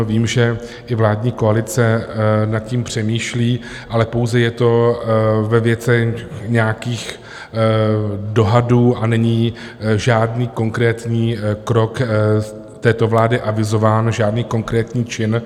Vím, že i vládní koalice nad tím přemýšlí, ale pouze je to ve věcech nějakých dohadů a není žádný konkrétní krok této vlády avizován, žádný konkrétní čin.